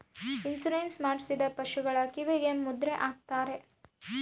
insurance ಮಾಡಿಸಿದ ಪಶುಗಳ ಕಿವಿಗೆ ಮುದ್ರೆ ಹಾಕ್ತಾರೆ